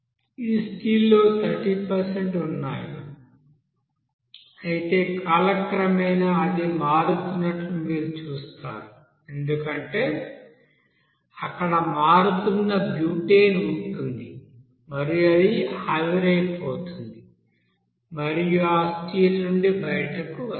ఈ స్టీల్ లో 30 ఉన్నాయి అయితే కాలక్రమేణా అది మారుతున్నట్లు మీరు చూస్తారు ఎందుకంటే అక్కడ మారుతున్న బ్యూటేన్ ఉంటుంది మరియు అది ఆవిరైపోతుంది మరియు ఆ స్టీల్ నుండి బయటకు వస్తుంది